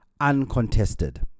uncontested